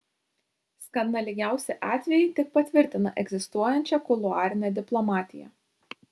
skandalingiausi atvejai tik patvirtina egzistuojančią kuluarinę diplomatiją